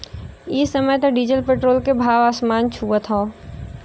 इ समय त डीजल पेट्रोल के भाव आसमान छुअत हौ